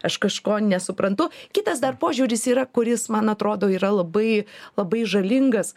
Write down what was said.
aš kažko nesuprantu kitas dar požiūris yra kuris man atrodo yra labai labai žalingas